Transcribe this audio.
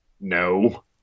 no